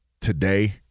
today